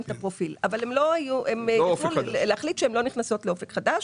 את הפרופיל אבל הן לא נכנסות לאופק חדש.